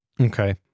Okay